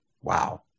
Wow